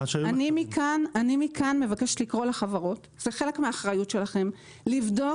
מכאן אני מבקשת לקרוא לחברות ולומר להן שזה חלק מהאחריות שלהן לבדוק